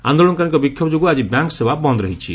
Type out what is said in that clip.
ଆନ୍ଦୋଳନକାରୀଙ୍ଙ ବିକ୍ଷୋଭ ଯୋଗୁଁ ଆଜି ବ୍ୟାଙ୍କ ସେବା ବନ୍ଦ ରହିଛି